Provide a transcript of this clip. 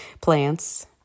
plants